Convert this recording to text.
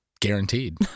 Guaranteed